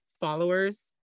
followers